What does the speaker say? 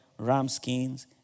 ramskins